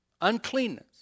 uncleanness